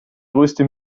größte